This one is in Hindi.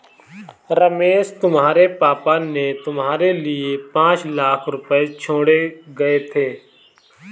रमेश तुम्हारे पापा ने तुम्हारे लिए पांच लाख रुपए छोड़े गए थे